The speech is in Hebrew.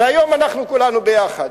והיום אנחנו כולנו ביחד.